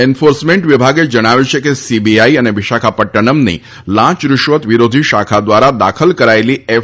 enforcement વિભાગે જણાવ્યું છે કે સીબીઆઈ અને વિશાખાપદનમની લાંચ રૂશ્વત વિરોધી શાખા દ્વારા દાખલ કરાચેલી એફ